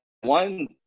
one